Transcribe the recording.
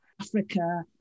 Africa